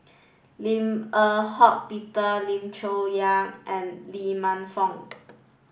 Lim Eng Hock Peter Lim Chong Yah and Lee Man Fong